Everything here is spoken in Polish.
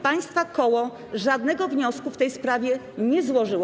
Państwa koło żadnego wniosku w tej sprawie nie złożyło.